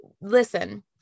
listen